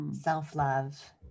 self-love